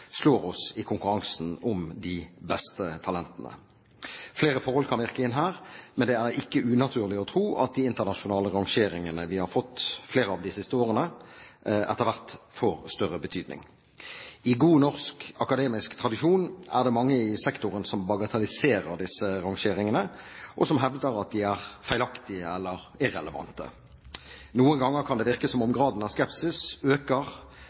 slår oss i konkurransen om de beste talentene. Flere forhold kan virke inn her, men det er ikke unaturlig å tro at de internasjonale rangeringene vi har fått flere av de siste årene, etter hvert får større betydning. I god norsk akademisk tradisjon er det mange i sektoren som bagatelliserer disse rangeringene, og som hevder at de er feilaktige eller irrelevante. Noen ganger kan det virke som om graden av skepsis øker